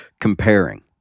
comparing